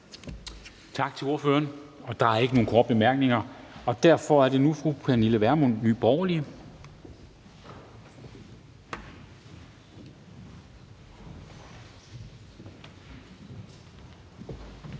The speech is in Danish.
Tak til ordføreren, og der er ikke nogen korte bemærkninger. Derfor er det nu fru Pernille Vermund, Nye Borgerlige.